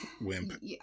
wimp